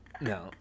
No